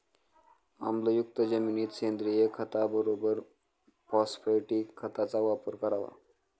आम्लयुक्त जमिनीत सेंद्रिय खताबरोबर फॉस्फॅटिक खताचा वापर करावा